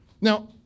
Now